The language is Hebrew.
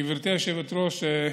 גברתי היושבת-ראש,